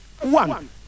one